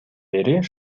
бери